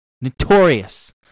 Notorious